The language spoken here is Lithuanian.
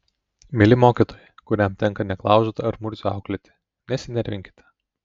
mieli mokytojai kuriam tenka neklaužadą ar murzių auklėti nesinervinkite